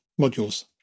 modules